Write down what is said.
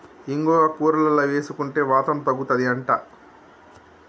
ఇంగువ కూరలల్ల వేసుకుంటే వాతం తగ్గుతది అంట